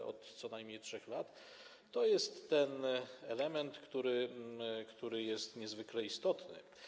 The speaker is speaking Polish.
B od co najmniej 3 lat, to jest ten element, który jest niezwykle istotny.